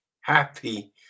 happy